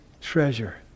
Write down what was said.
treasure